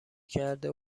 کرده